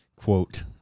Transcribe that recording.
quote